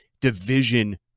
division